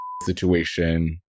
situation